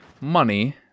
money